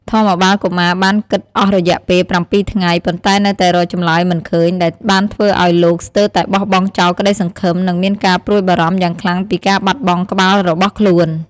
ធម្មបាលកុមារបានគិតអស់រយៈពេលប្រាំពីរថ្ងៃ ប៉ុន្តែនៅតែរកចម្លើយមិនឃើញ ដែលបានធ្វើឲ្យលោកស្ទើរតែបោះបង់ចោលក្តីសង្ឃឹម និងមានការព្រួយបារម្ភយ៉ាងខ្លាំងពីការបាត់បង់ក្បាលរបស់ខ្លួន។